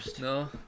No